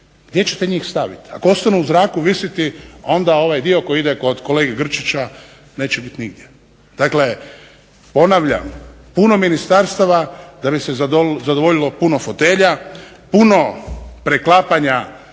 Gdje ćete njih staviti? Ako ostanu u zraku visiti onda ovaj dio koji ide kod kolege Grčića neće biti nigdje. Dakle ponavljam, puno ministarstava da bi se zadovoljilo puno fotelja, puno preklapanja